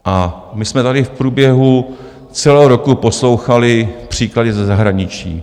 A my jsme tady v průběhu celého roku poslouchali příklady ze zahraničí.